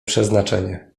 przeznaczenie